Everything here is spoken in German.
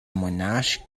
monarch